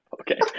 Okay